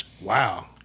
Wow